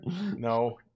No